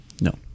No